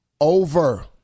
over